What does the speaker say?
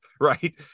right